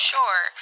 Sure